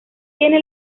tiene